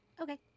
okay